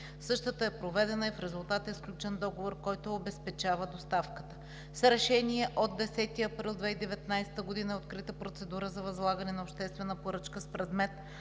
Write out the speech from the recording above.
Същата е проведена и в резултат е сключен договор, който обезпечава доставката. С Решение от 10 април 2019 г. е открита процедура за възлагане на обществена поръчка с предмет